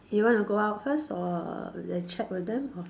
you wanna go out first or err chat with them or